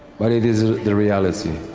but it is the reality.